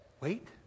wait